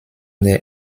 der